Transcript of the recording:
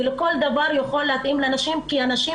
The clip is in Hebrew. לא כל דבר יכול להתאים לנשים כי הנשים